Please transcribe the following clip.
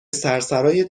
سرسرای